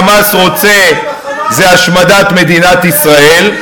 עם ה"חמאס" שה"חמאס" רוצה זה השמדת מדינת ישראל,